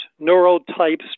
neurotypes